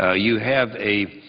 ah you have a